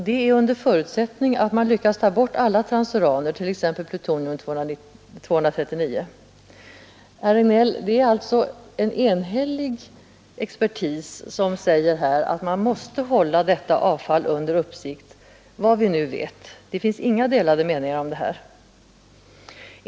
Detta under förutsättning att man lyckats ta bort alla transuraner, t.ex. plutonium 239. Det är alltså, herr Regnéll, en enhällig expertis som säger att man måste hålla detta avfall under uppsikt, såvitt man nu vet; det finns inga delade meningar om detta.